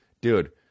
dude